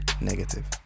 negative